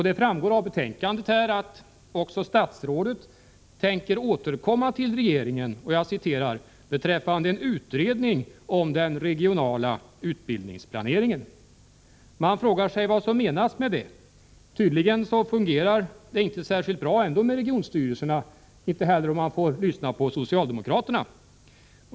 Det framgår av betänkandet att statsrådet tänker återkomma till regeringen ”beträffande en utredning om den regionala utbildningsplaneringen”. Man frågar sig vad som menas med det. Tydligen fungerar det ändå inte särskilt bra med regionstyrelserna — inte heller om man lyssnar på socialdemokraterna.